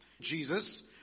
Jesus